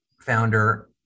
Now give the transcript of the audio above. founder